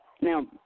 Now